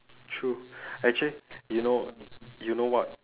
true actually you know you know what